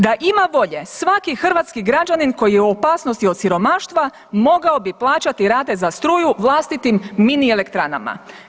Da ima volje svaki hrvatski građanin koji je u opasnosti od siromaštva mogao bi plaćati rate za struje vlastitim mini elektranama.